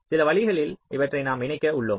சில வழிகளில் இவற்றை நாம் இணைக்க உள்ளோம்